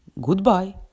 Goodbye